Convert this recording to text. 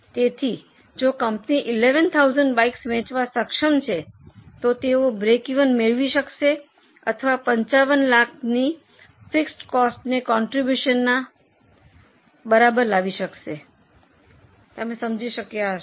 તેથી જો company 11000 bikes વેચવા સક્ષમ છે તો તેઓ બ્રેકિવન મેળવી શકશે અથવા 55 લાખની ફિક્સડ કોસ્ટને કોન્ટ્રીબ્યુશનના બરાબર લાવી શકશે તમે સમજી ગયા છો